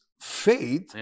faith